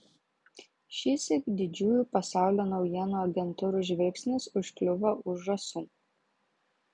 šįsyk didžiųjų pasaulio naujienų agentūrų žvilgsnis užkliuvo už žąsų